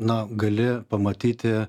na gali pamatyti